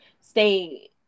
stay